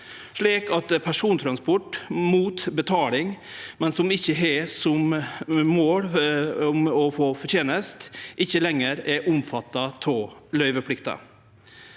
slik at persontransport mot betaling, men som ikkje har som mål å få forteneste, ikkje lenger er omfatta av løyveplikta.